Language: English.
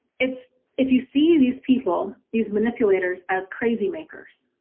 it's. if you see these people, these manipulators as crazy makers.